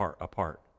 apart